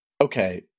Okay